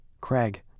Craig